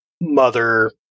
mother